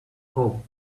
hope